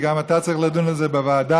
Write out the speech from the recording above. וגם אתה צריך לדון על זה בוועדה,